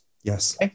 Yes